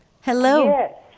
Hello